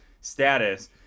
status